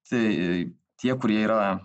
tai tie kurie yra